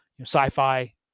sci-fi